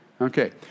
Okay